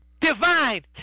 divine